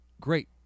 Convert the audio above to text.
Great